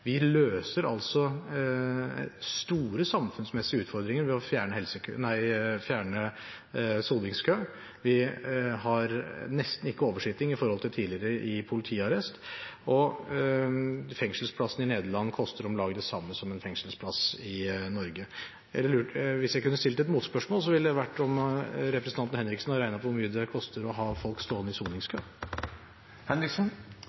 Vi løser altså store samfunnsmessige utfordringer ved å fjerne soningskøen, vi har nesten ikke oversitting i politiarrest i forhold til tidligere, og en fengselsplass i Nederland koster om lag det samme som en fengselsplass i Norge. Hvis jeg kunne stilt et motspørsmål, så ville det vært om representanten Henriksen har regnet på hvor mye det koster å ha folk stående i